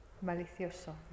malicioso